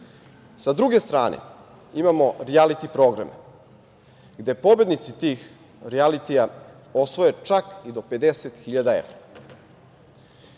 Sa druge strane, imamo rijaliti programe gde pobednici tih rijalitija osvoje čak i do 50.000 evra